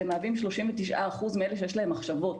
שהם מהווים 39% מאלה שיש להם מחשבות.